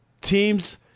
teams –